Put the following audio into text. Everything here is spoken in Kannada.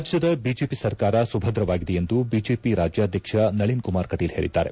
ರಾಜ್ಯದ ಬಿಜೆಪಿ ಸರ್ಕಾರ ಸುಭದ್ರವಾಗಿದೆ ಎಂದು ಬಿಜೆಪಿ ರಾಜ್ಯಾಧ್ವಕ್ಷ ನಳನ್ ಕುಮಾರ್ ಕಟೀಲ್ ಹೇಳಿದ್ದಾರೆ